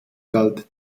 galt